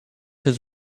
his